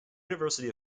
university